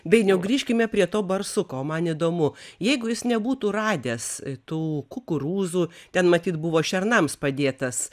dainiau grįžkime prie to barsuko man įdomu jeigu jis nebūtų radęs tų kukurūzų ten matyt buvo šernams padėtas